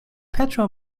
petrol